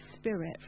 spirit